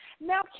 Now